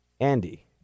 Andy